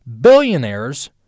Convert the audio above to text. billionaires